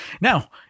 now